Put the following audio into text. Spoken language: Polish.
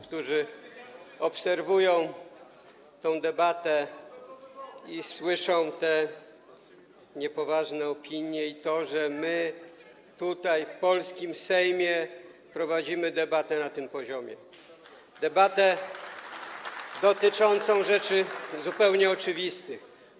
którzy obserwują tę debatę i słyszą te niepoważne opinie, za to, że my tutaj, w polskim Sejmie, prowadzimy debatę na tym poziomie, debatę dotyczącą rzeczy zupełnie oczywistych.